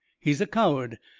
he's a coward.